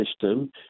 system